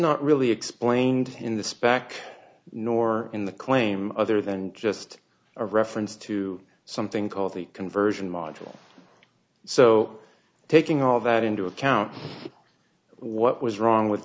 not really explained in the spec nor in the claim other than just a reference to something called the conversion module so taking all of that into account what was wrong with